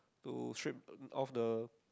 to strip off the